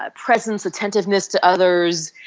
ah presence, attentiveness to others,